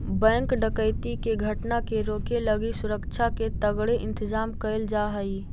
bank डकैती के घटना के रोके लगी सुरक्षा के तगड़े इंतजाम कैल जा हइ